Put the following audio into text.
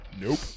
Nope